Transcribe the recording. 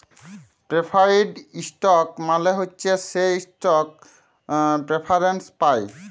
preferred stock মালে হছে সে ইস্টক প্রেফারেল্স পায়